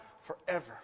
forever